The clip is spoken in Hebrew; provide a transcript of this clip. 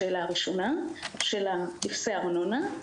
לעניין טפסי הארנונה.